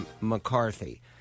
mccarthy